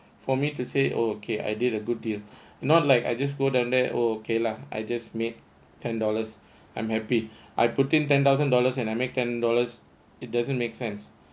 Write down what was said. for me to say okay I did a good deal not like I just go down there okay lah I just made ten dollars I'm happy I putting ten thousand dollars and I make ten dollars it doesn't make sense